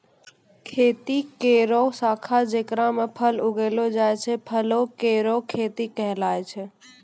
खेती केरो शाखा जेकरा म फल उगैलो जाय छै, फलो केरो खेती कहलाय छै